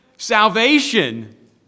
Salvation